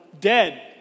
dead